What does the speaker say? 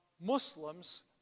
Muslims